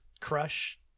crush